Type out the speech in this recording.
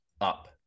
up